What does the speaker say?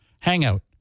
hangout